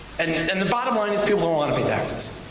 and and and the bottom line is, people don't want to pay taxes.